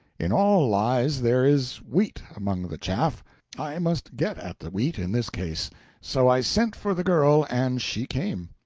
in all lies there is wheat among the chaff i must get at the wheat in this case so i sent for the girl and she came.